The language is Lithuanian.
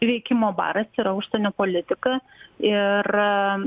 veikimo baras yra užsienio politika ir